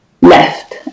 left